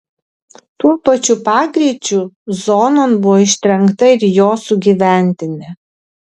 tuo pačiu pagreičiu zonon buvo ištrenkta ir jo sugyventinė